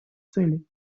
цели